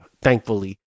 thankfully